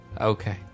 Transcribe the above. Okay